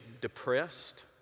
depressed